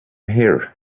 here